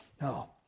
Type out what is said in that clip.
No